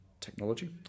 technology